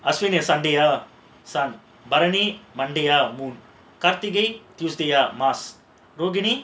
அஸ்வினி:ashwini sunday ah பரணி:barani monday ah கார்த்திகை:kaarthigai tuesday ah ரோகிணி:rohini